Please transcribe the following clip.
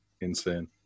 insane